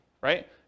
right